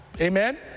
amen